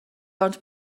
ond